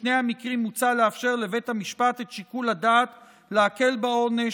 בשני המקרים מוצע לאפשר לבית המשפט את שיקול הדעת להקל בעונש